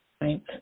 right